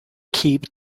keep